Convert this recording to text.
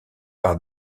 par